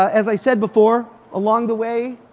as i said before, along the way,